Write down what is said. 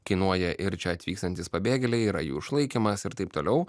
kainuoja ir čia atvykstantys pabėgėliai yra jų išlaikymas ir taip toliau